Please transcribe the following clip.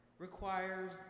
requires